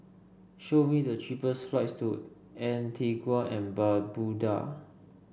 show me the cheapest flights to Antigua and Barbuda